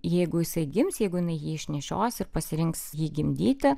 jeigu jisai gims jeigu jinai jį išnešios ir pasirinks jį gimdyti